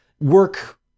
work